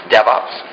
DevOps